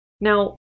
Now